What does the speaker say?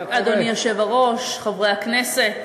אדוני היושב-ראש, חברי הכנסת